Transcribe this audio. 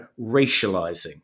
racializing